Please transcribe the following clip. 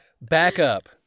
Backup